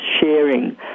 sharing